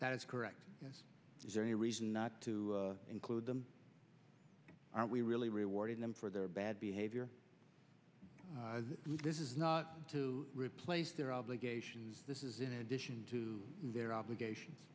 that is correct yes is there any reason not to include them are we really rewarding them for their bad behavior this is not to replace their obligations this is in addition to their obligations